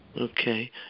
Okay